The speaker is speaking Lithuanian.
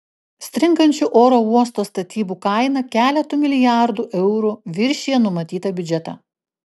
stringančių oro uosto statybų kaina keletu milijardų eurų viršija numatytą biudžetą